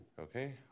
Okay